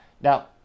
now